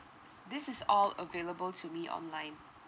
s~ this is all available to me online